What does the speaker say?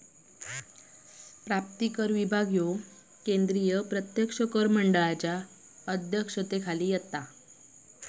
प्राप्तिकर विभाग ह्यो केंद्रीय प्रत्यक्ष कर मंडळाच्या अध्यक्षतेखाली येता